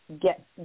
get